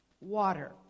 water